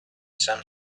some